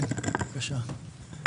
כן ,בבקשה?